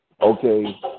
Okay